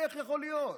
איך יכול להיות?